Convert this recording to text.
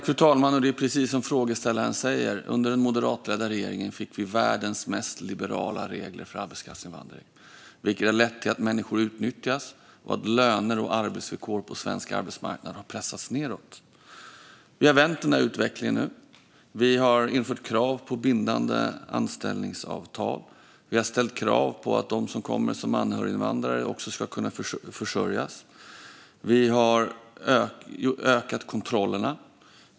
Fru talman! Det är precis som frågeställaren säger: Under den moderatledda regeringen fick vi världens mest liberala regler för arbetskraftsinvandring, vilket har lett till att människor utnyttjas och att löner och arbetsvillkor på svensk arbetsmarknad har pressats nedåt. Nu har vi vänt utvecklingen. Vi har infört krav på bindande anställningsavtal. Vi har ställt krav på att de som kommer som anhöriginvandrare också ska kunna försörjas. Vi har ökat kontrollerna.